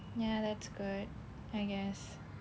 ya that's good I guess